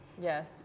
Yes